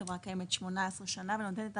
החברה קיימת 18 שנה ונותנת את